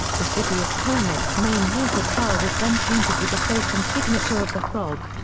the city of kermit's main water tower was then painted with the face and signature of the frog.